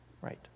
right